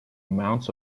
mounds